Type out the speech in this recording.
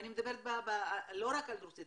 ואני מדברת לא רק על דוברי רוסית,